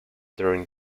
during